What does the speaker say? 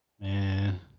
Man